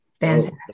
Fantastic